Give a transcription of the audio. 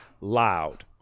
loud